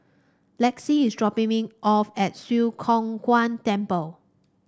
Lexi is dropping me off at Swee Kow Kuan Temple